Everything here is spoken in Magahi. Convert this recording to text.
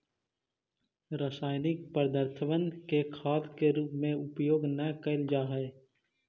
रासायनिक पदर्थबन के खाद के रूप में उपयोग न कयल जा हई